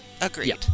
Agreed